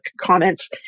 comments